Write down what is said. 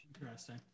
Interesting